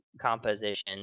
composition